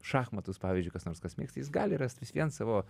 šachmatus pavyzdžiui kas nors kas mėgsta jis gali rast vis vien savo